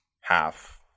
half